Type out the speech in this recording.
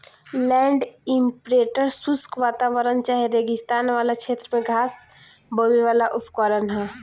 land imprinter शुष्क वातावरण चाहे रेगिस्तान वाला क्षेत्र में घास बोवेवाला उपकरण ह